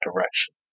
direction